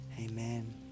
Amen